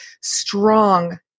strong